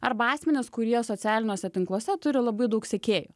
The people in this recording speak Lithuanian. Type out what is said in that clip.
arba asmenys kurie socialiniuose tinkluose turi labai daug sekėjų